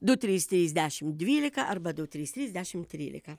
du trys trys dešim dvylika arba du trys trys dešimt trylika